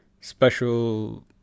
special